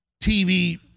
TV